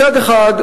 מצד אחד,